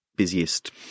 busiest